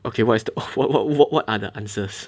okay what is the what what what what are the answers